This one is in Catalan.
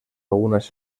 unes